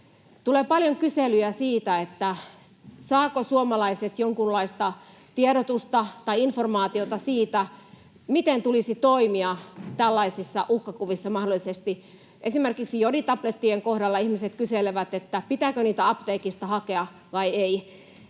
Tulee paljon kyselyjä siitä, saavatko suomalaiset jonkunlaista tiedotusta tai informaatiota siitä, miten tulisi toimia tällaisissa uhkakuvissa mahdollisesti. Esimerkiksi joditablettien kohdalla ihmiset kyselevät, pitääkö niitä apteekista hakea vai ei.